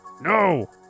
No